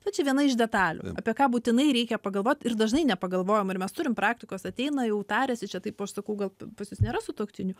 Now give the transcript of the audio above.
va čia viena iš detalių apie ką būtinai reikia pagalvot ir dažnai nepagalvojama ir mes turim praktikos ateina jau tariasi čia taip aš sakau gal pas jus nėra sutuoktinių